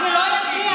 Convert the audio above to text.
שלא יפריע לי.